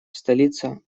столица